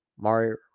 mario